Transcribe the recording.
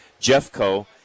Jeffco